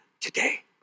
today